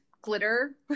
glitter